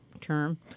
term